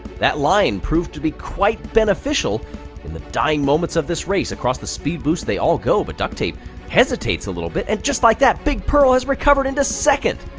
that line proved to be quite beneficial in the dying moments of this race. across the speed boost they all go, but ducktape hesitates a little bit. and just like that, big pearl has recovered into second.